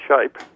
shape